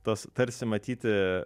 tos tarsi matyti